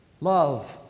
love